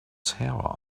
tower